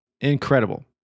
incredible